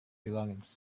belongings